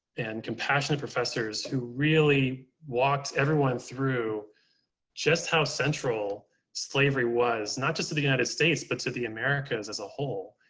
and compassionate professors who really walked everyone through just how central slavery was, not just to the united states, but to the americas as a whole,